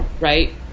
right